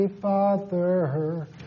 Father